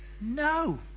no